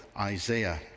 Isaiah